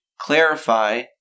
clarify